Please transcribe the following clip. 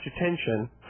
attention